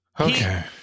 Okay